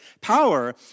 power